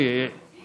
אוי, אוי, אוי.